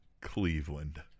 Cleveland